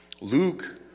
Luke